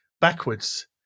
backwards